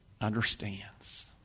understands